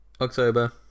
October